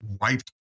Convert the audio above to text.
wiped